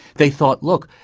they thought, look,